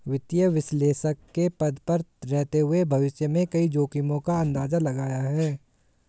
वित्तीय विश्लेषक के पद पर रहते हुए भविष्य में कई जोखिमो का अंदाज़ा लगाया है